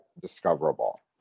discoverable